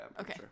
Okay